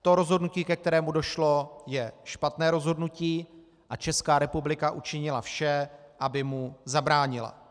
To rozhodnutí, ke kterému došlo, je špatné rozhodnutí, a Česká republika učinila vše, aby mu zabránila.